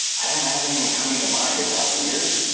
i don't have anyone coming to mind. is that weird?